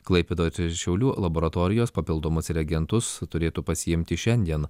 klaipėdoj šiaulių laboratorijos papildomus reagentus turėtų pasiimti šiandien